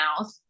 mouth